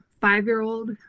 five-year-old